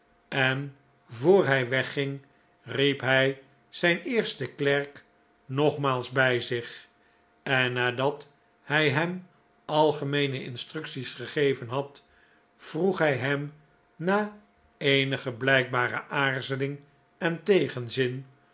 en voor hij wegging riep hij zijn eersten klerk nogmaals bij zich en nadat hij hem algemeene instructies gegeven had vroeg hij hem na eenige blijkbare aarzeling en tegenzin